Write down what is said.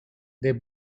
they